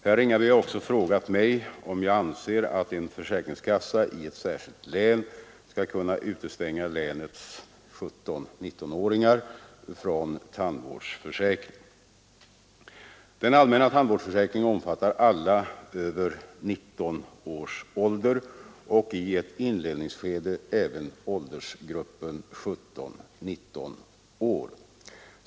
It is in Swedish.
Herr Ringaby har också frågat mig, om jag anser att en försäkringskassa i ett enskilt län skall kunna utestänga länets 17—19-åringar från tandvårdsförsäkring. Den allmänna tandvårdsförsäkringen omfattar alla över 19 års ålder och i ett inledningsskede även åldersgruppen 17—19 år.